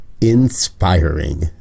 inspiring